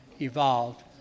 evolved